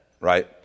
right